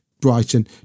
Brighton